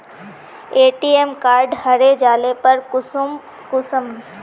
ATM card हरे जाले पर कुंसम के ब्लॉक करूम?